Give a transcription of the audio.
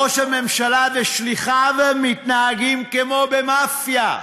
ראש הממשלה ושליחיו מתנהגים כמו במאפיה,